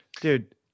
Dude